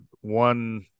one